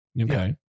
Okay